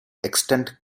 extant